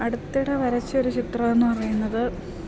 അടുത്തിടെ വരച്ചൊരു ചിത്രമെന്നു പറയുന്നത്